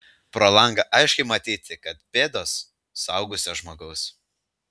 pro langą aiškiai matyti kad pėdos suaugusio žmogaus